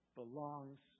belongs